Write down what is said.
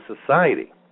society